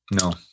No